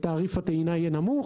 שתעריף הטעינה יהיה נמוך,